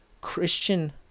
Christian